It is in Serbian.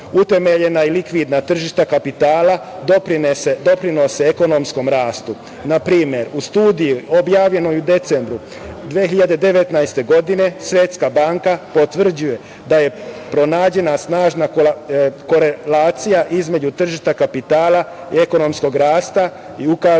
ekonomiji. Utemeljena i likvidna tržišta kapitala doprinose ekonomskom rastu. Na primer, u studiji objavljenoj u decembru 2019. godine Svetska banka potvrđuje da je pronađena snažna korelacija između tržišta kapitala, ekonomskog rasta i ukazuje